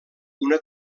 una